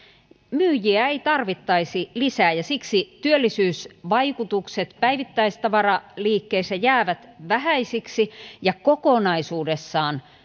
myyjiä ei tarvittaisi lisää ja siksi työllisyysvaikutukset päivittäistavaraliikkeissä jäävät vähäisiksi ja kokonaisuudessaan ne